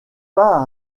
pas